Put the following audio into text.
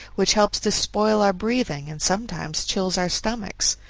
which helps to spoil our breathing and sometimes chills our stomachs.